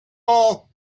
all